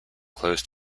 close